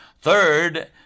Third